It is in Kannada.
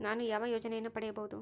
ನಾನು ಯಾವ ಯೋಜನೆಯನ್ನು ಪಡೆಯಬಹುದು?